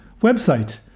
website